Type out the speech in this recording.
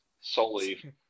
solely